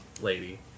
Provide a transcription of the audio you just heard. lady